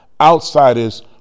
outsiders